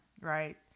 right